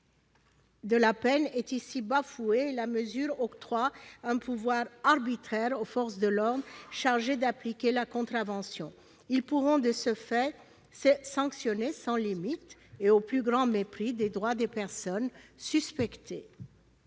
de la peine est ici bafoué et la mesure octroie un pouvoir arbitraire aux forces de l'ordre chargées d'appliquer la contravention. Elles pourront de ce fait sanctionner sans limites et au plus grand mépris des droits des personnes suspectées.